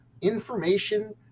information